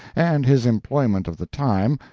and his employment of the time,